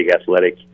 athletic